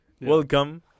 Welcome